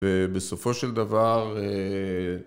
ובסופו של דבר